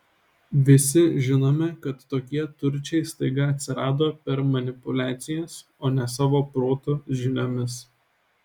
visi žinome kad tokie turčiai staiga atsirado per manipuliacijas o ne savo protu žiniomis